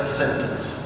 sentence